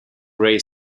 gray